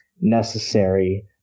necessary